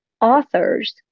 authors